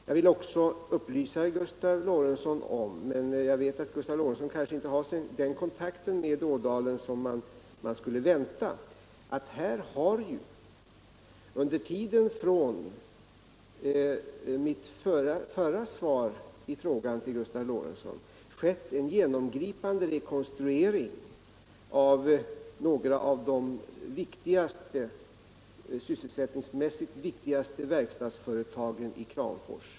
Jag vill också upplysa Gustav Lorentzon om —- Gustav Lorentzon har kanske inte den kontakt med Ådalen som man skulle vänta — att här har ju under tiden från mitt förra svar i frågan till Gustav Lorentzon skett en genomgripande rekonstruering av några av de sysselsättningsmässigt viktigaste verkstadsföretagen i Kramfors.